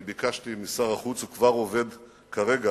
אני ביקשתי משר החוץ, הוא כבר עובד כרגע